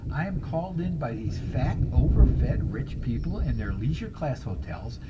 i am called in by these fat, over-fed rich people in their leisure class hotels,